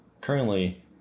currently